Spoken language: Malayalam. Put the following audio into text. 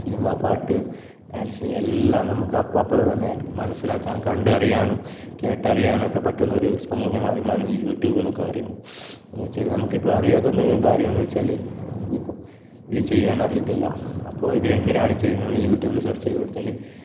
സിനിമ പാട്ട് ഡാന്സ് എല്ലാം നമുക്ക് അപ്പം അപ്പം തന്നെ മനസ്സിലാക്കാനും കണ്ടറിയാനും കേട്ടറിയാനും ഒക്കെ പറ്റുന്നൊരു സമൂഹമാധ്യമമാണ് ഈ യൂട്യൂബ് എന്നൊക്കെ പറയുന്നത് എന്നുവെച്ചാൽ നമുക്കിപ്പോൾ അറിയാത്തതെന്തെങ്കിലും കാര്യം എന്നു വെച്ചാൽ നമുക്കിപ്പം ഇത് ചെയ്യാന് അറിയത്തില്ല അപ്പോൾ ഇത് എങ്ങനെയാണ് ചെയ്യുന്നതെന്ന് യൂട്യൂബിൽ സെര്ച്ച് ചെയ്തു കൊടുത്താൽ